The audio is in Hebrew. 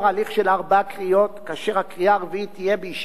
כאשר הקריאה הרביעית תהיה בישיבת כנסת מיוחדת